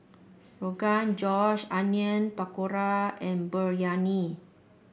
Rogan Josh Onion Pakora and Biryani